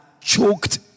choked